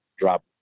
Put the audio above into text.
drop